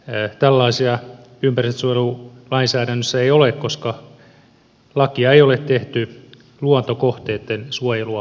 nythän tällaisia ympäristönsuojelulainsäädännössä ei ole koska lakia ei ole tehty luontokohteitten suojelua ajatellen